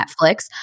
Netflix